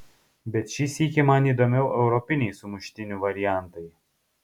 bet šį sykį man įdomiau europiniai sumuštinių variantai